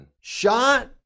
shot